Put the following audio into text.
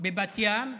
בבת ים,